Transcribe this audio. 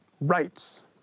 rights